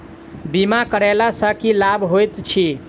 बीमा करैला सअ की लाभ होइत छी?